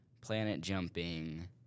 planet-jumping